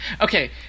Okay